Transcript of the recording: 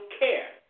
care